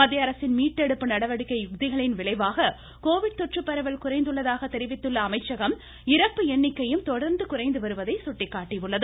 மத்திய அரசின் மீட்டெடுப்பு நடவடிக்கை யுக்திகளின் விளைவாக கோவிட் தொற்றுப்பரவல் குறைந்துள்ளதாக தெரிவித்துள்ள அமைச்சகம் இறப்பு எண்ணிக்கையும் தொடர்ந்து குறைந்து வருவதை சுட்டிக்காட்டியுள்ளது